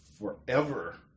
forever